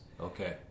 Okay